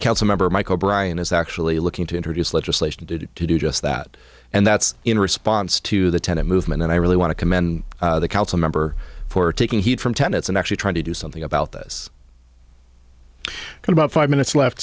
council member mike o'brien is actually looking to introduce legislation to do just that and that's in response to the tenant movement and i really want to commend the council member for taking heed from tenants and actually trying to do something about this and about five minutes left